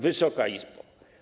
Wysoka Izbo!